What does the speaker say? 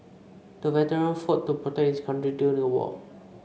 the veteran fought to protect his country during the war